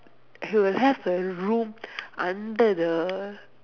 he will have a room under the